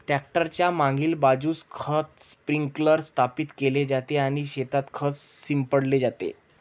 tractor च्या मागील बाजूस खत स्प्रिंकलर स्थापित केले जाते आणि शेतात खत शिंपडले जाते